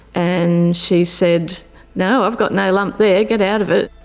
and she said no, i've got no lump there. get out of it.